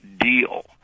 deal